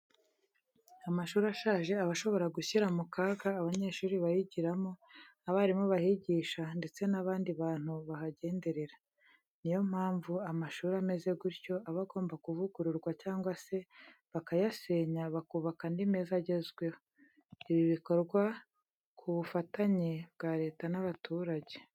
Amashuri ashaje aba ashobora gushyira mu kaga abanyeshuri bayigiramo, abarimu bahigisha ndetse n'abandi bantu bahagenderera. Ni yo mpamvu amashuri ameze gutyo aba agomba kuvugururwa cyangwa se bakayasenya bakubaka andi meza agezweho. Ibi bikorwa ku bufatanye bwa leta n'abaturage.